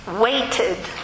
waited